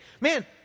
man